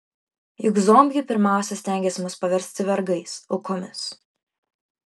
juk zombiai pirmiausia stengiasi mus paversti vergais aukomis